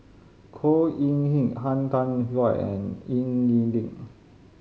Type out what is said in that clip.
Khor Ean Ghee Han Tan Juan and Ying E Ding